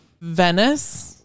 Venice